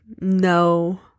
No